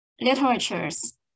literatures